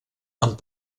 amb